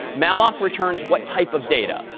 malloc returns what type of data?